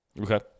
Okay